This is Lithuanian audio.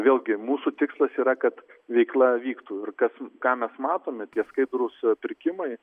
vėlgi mūsų tikslas yra kad veikla vyktų ir kas ką mes matome tie skaidrūs pirkimai